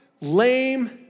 lame